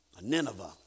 Nineveh